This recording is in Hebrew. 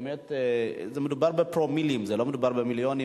ומדובר בפרומילים ולא מדובר במיליונים,